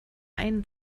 einen